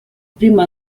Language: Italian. primo